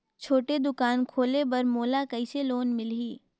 छोटे दुकान खोले बर मोला कइसे लोन मिलही?